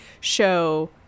show